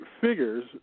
figures